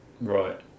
Right